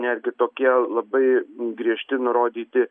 netgi tokie labai griežti nurodyti